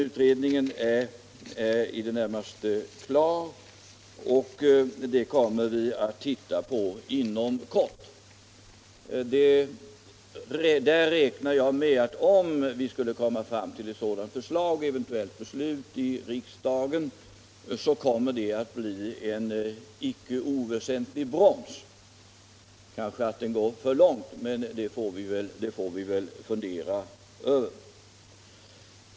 Utredningen är i det närmaste klar, och vi kommer att titta på ärendet inom kort. Om vi skulle komma fram till ett förslag och det fattas ett beslut i riksdagen så kommer det att bli en icke oväsentlig broms. Kanske effekten blir väl stark, men det får vi väl fundera över.